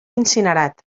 incinerat